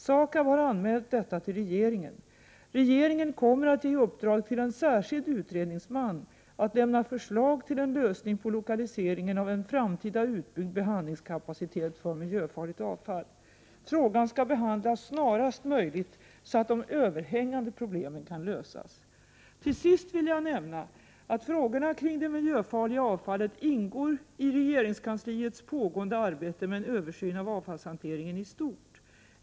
SAKAB har anmält detta till regeringen. Regeringen kommer att ge en särskild utredningsman i uppdrag att lämna förslag till en lösning på lokaliseringen av en framtida utbyggd behandlingskapacitet för miljöfarligt avfall. Frågan skall behandlas snarast möjligt, så att de överhängande problemen kan lösas. Till sist vill jag nämna att frågorna kring det miljöfarliga avfallet ingår i regeringskansliets pågående arbete med en översyn av avfallshanteringen i stort.